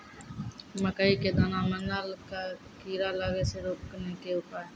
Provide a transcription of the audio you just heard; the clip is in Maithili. मकई के दाना मां नल का कीड़ा लागे से रोकने के उपाय?